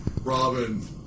Robin